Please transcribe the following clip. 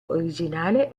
originale